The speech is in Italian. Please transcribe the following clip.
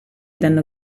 danno